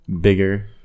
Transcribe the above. bigger